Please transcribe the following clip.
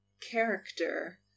character